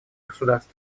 государств